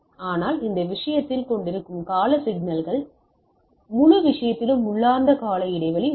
ஆனால் இந்த விஷயத்தில் கொண்டிருக்கும் கால சிக்னல்கள் ஏனெனில் முழு விஷயத்திலும் உள்ளார்ந்த கால இடைவெளி உள்ளது